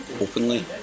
openly